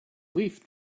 leaf